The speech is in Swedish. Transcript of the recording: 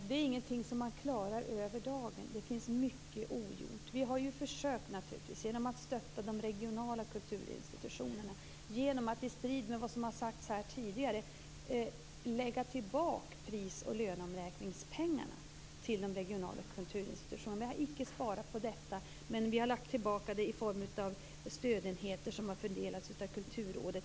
Det är ingenting som man klarar över dagen. Det finns mycket ogjort. Vi har ju försökt genom att stötta de regionala kulturinstitutionerna och genom att, i strid med vad som har sagts här tidigare, lägga tillbaka pris och löneomräkningspengarna till de regionala kulturinstitutionerna. Vi har inte sparat på detta. Vi har lagt tillbaka det i form av stödenheter som har fördelats av Kulturrådet.